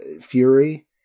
Fury